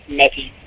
messy